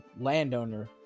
landowner